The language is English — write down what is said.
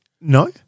No